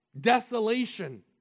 Desolation